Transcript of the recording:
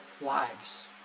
lives